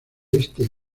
oeste